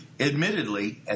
admittedly